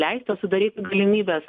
leista sudarysit galimybes